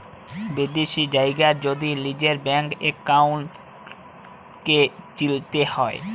বিদ্যাশি জায়গার যদি লিজের ব্যাংক একাউল্টকে চিলতে হ্যয়